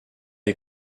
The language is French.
est